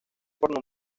por